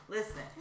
Listen